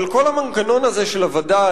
אבל כל המנגנון הזה של הווד"ל,